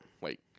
Wait